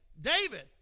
David